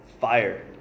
fire